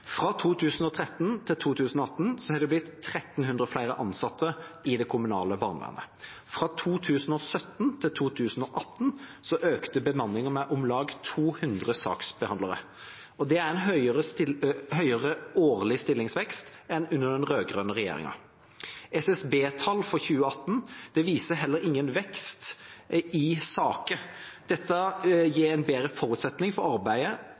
Fra 2013 til 2018 har det blitt 1 300 flere ansatte i det kommunale barnevernet. Fra 2017 til 2018 økte bemanningen med om lag 200 saksbehandlere. Dette er en høyere årlig stillingsvekst enn under den rød-grønne regjeringa. SSB-tall for 2018 viser heller ingen vekst i antall saker. Dette gir en bedre forutsetning for arbeidet